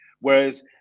Whereas